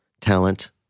talent